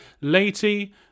Lady